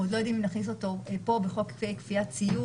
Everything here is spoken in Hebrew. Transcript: אנחנו עוד לא יודעים אם נכניס אותו לפה או בחוק כפיית ציות.